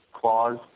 clause